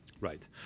Right